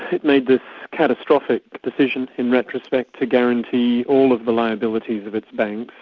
it made this catastrophic decision in retrospect to guarantee all of the liabilities of its banks,